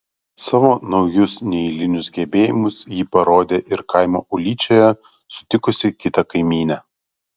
savo naujus neeilinius gebėjimus ji parodė ir kaimo ūlyčioje sutikusi kitą kaimynę